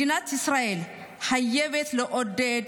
מדינת ישראל חייבת לעודד